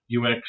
UX